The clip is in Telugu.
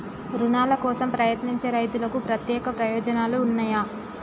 రుణాల కోసం ప్రయత్నించే రైతులకు ప్రత్యేక ప్రయోజనాలు ఉన్నయా?